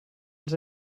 els